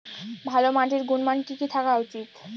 ভালো মাটির গুণমান কি কি থাকা উচিৎ?